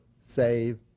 save